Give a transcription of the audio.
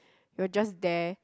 you are just there